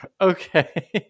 okay